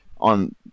on